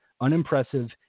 unimpressive